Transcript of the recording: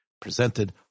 presented